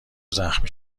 زخمی